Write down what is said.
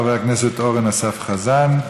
חבר הכנסת אורן אסף חזן,